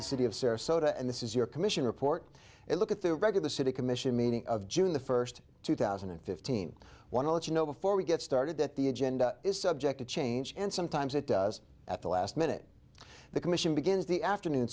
the city of sarasota and this is your commission report and look at the record the city commission meeting of june the first two thousand and fifteen want to let you know before we get started that the agenda is subject to change and sometimes it does at the last minute the commission begins the afternoon